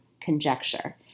conjecture